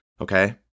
Okay